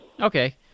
Okay